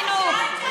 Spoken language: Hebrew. את פופוליסטית.